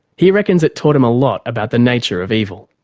he reckons it taught him a lot about the nature of evil.